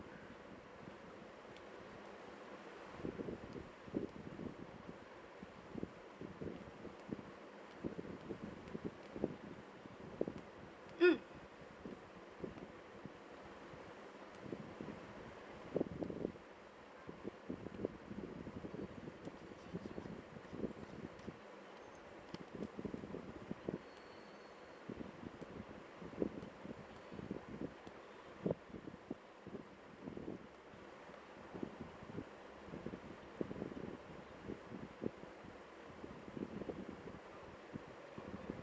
mm